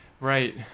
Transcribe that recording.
Right